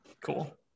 cool